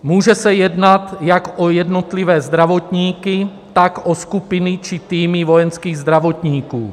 Může se jednat jak o jednotlivé zdravotníky, tak o skupiny či týmy vojenských zdravotníků.